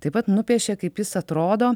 taip pat nupiešė kaip jis atrodo